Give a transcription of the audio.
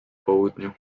południu